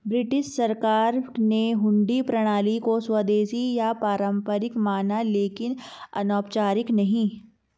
British सरकार ने हुंडी प्रणाली को स्वदेशी या पारंपरिक माना लेकिन अनौपचारिक नहीं